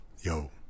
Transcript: Yo